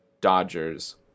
Dodgers